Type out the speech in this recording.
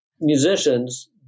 musicians